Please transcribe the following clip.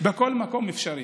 בכל מקום אפשרי.